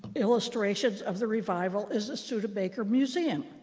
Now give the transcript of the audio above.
illustrations of the revival is the studebaker museum,